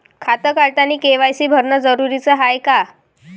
खातं काढतानी के.वाय.सी भरनं जरुरीच हाय का?